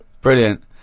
Brilliant